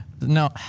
No